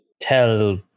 tell